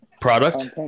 product